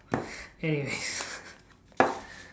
anyways